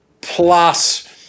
plus